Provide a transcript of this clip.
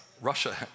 Russia